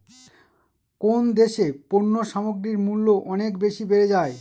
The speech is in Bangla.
কোন দেশে পণ্য সামগ্রীর মূল্য অনেক বেশি বেড়ে যায়?